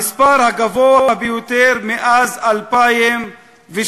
המספר הגדול ביותר מאז 2008,